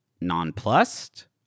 nonplussed